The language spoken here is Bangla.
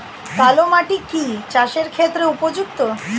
কালো মাটি কি চাষের ক্ষেত্রে উপযুক্ত?